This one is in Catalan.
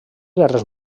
guerres